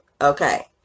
okay